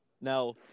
Now